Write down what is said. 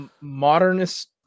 modernist